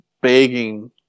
begging